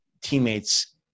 teammates